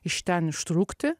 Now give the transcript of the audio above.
iš ten ištrūkti